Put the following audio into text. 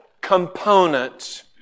components